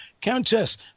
Countess